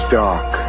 dark